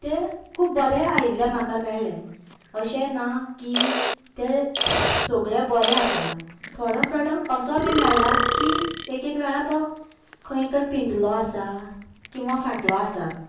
तें खूब बरें आयिल्ले म्हाका मेळ्ळे अशे ना की तें सगळे बरें आसा थोडो प्रॉडक्ट असो बी मेळ्ळा की एक एक वेळार तो खंयतर पिंजलो आसा किंवां फाटलो आसा